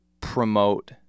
promote